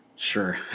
Sure